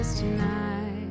tonight